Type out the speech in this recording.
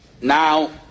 Now